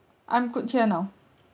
I'm good here now